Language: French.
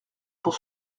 pour